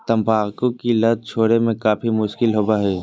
तंबाकू की लत छोड़े में काफी मुश्किल होबो हइ